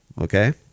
Okay